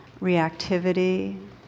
reactivity